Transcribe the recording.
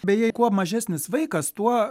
beje kuo mažesnis vaikas tuo